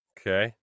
Okay